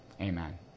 Amen